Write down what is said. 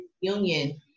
union